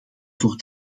voor